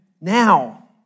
now